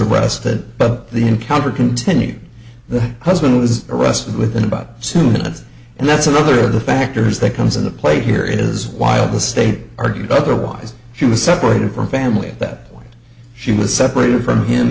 arrested but the encounter continued the husband was arrested within about two minutes and that's another of the factors that comes into play here is while the state argued otherwise she was separated from family at that point she was separated from him